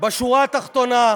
בשורה התחתונה,